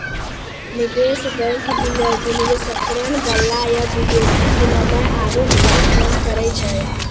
निवेश बैंक, विलय, विनिवेशकरण, गल्ला या विदेशी विनिमय आरु ढेरी काम करै छै